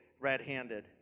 red-handed